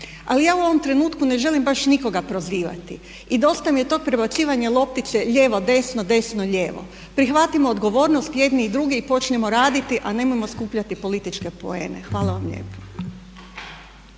Ali ja u ovom trenutku ne želim baš nikoga prozivati i dosta mi je tog prebacivanja loptice lijevo-desno, desno-lijevo. Prihvatimo odgovornost jedni i drugi i počnimo raditi a nemojmo skupljati političke poene. Hvala vam lijepo.